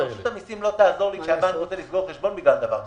רשות המיסים לא תעזור לי כשהבנק רוצה לסגור חשבון בגלל דבר כזה.